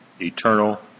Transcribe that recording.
eternal